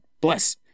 Bless